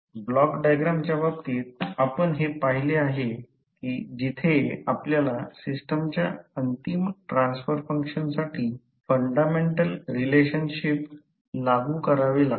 block डायग्रामच्या बाबतीत आपण हे पाहिले आहे जिथे आपल्याला सिस्टमच्या अंतिम ट्रान्सफर फंक्शनसाठी फंडामेंटल रिलेशनशिप लागू करावे लागतात